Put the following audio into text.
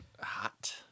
hot